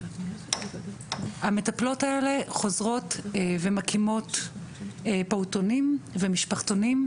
המטפלות האלה חוזרות ומקימות פעוטונים ומשפחתונים,